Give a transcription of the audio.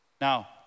Now